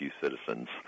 citizens